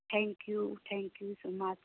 thank you thank you so much